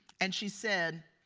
and she said,